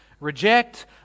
reject